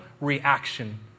reaction